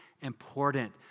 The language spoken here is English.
important